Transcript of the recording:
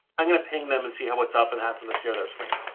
i'm gonna ping them, and see what's up, and ask them to share their screen,